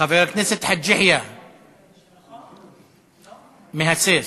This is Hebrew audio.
חבר הכנסת חאג' יחיא מהסס,